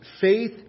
faith